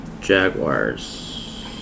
Jaguars